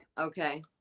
Okay